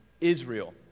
Israel